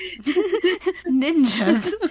Ninjas